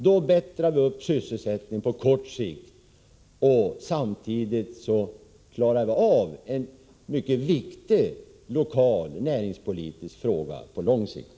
Då förbättrar vi sysselsättningen på kort sikt, och samtidigt klarar vi av en mycket viktig lokal näringspolitisk fråga på lång sikt.